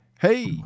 hey